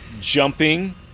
jumping